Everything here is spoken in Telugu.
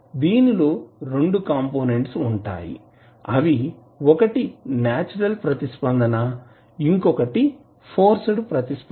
దీనిలో రెండు కాంపోనెంట్స్ ఉంటాయి అవి ఒకటి నేచురల్ ప్రతిస్పందన ఇంకొకటి ఫోర్స్డ్ ప్రతిస్పందన